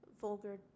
Vulgar